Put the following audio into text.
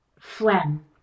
Phlegm